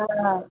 हँ